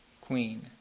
queen